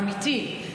אמיתי.